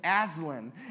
Aslan